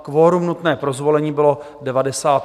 Kvorum nutné pro zvolení bylo 98.